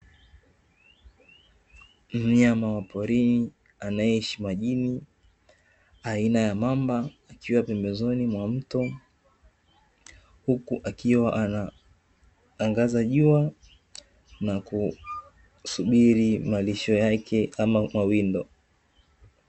Mnyama wa porini anayeishi majini aina ya mamba, akiwa pembezoni mwa mto, huku akiwa anaangaza jua na kusubiri malisho yake kama mawindo.